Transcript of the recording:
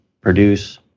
produce